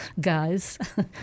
Guys